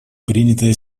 принятая